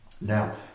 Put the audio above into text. Now